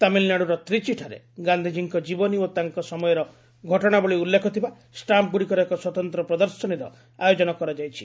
ତାମିଲ୍ନାଡୁର ତ୍ରିଚିଠାରେ ଗାନ୍ଧିଜୀଙ୍କ ଜୀବନୀ ଓ ତାଙ୍କ ସମୟର ଘଟଣାବଳୀ ଉଲ୍ଲେଖ ଥିବା ଷ୍ଟାମ୍ପ୍ରଗୁଡ଼ିକର ଏକ ସ୍ୱତନ୍ତ୍ର ପ୍ରଦର୍ଶନୀର ଆୟୋଜନ କରାଯାଇଛି